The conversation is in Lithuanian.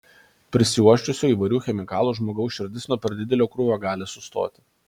prisiuosčiusio įvairių chemikalų žmogaus širdis nuo per didelio krūvio gali sustoti